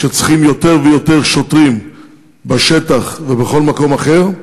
כשצריכים יותר ויותר שוטרים בשטח ובכל מקום אחר.